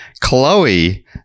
Chloe